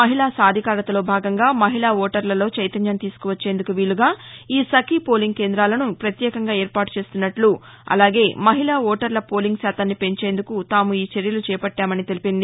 మహిళా సాధికారతలో భాగంగా మహిళా ఓటర్లలో చైతన్యం తీసుకువచ్చేందుకు వీలుగా ఈ సఖీ పోలింగ్ కేంద్రాలను ప్రత్యేకంగా ఏర్పాటు చేస్తున్నట్లు అలాగే మహిళా ఓటర్ల పోలింగ్ శాతాన్ని పెంచేందుకు తాము ఈ చర్యలు చేపట్లామని తెలిపింది